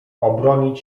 obronić